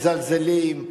מזלזלים,